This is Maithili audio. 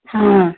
हँ